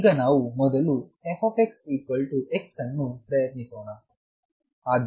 ಈಗ ನಾವು ಮೊದಲು f x ಅನ್ನು ಪ್ರಯತ್ನಿಸೋಣ